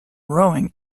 rowing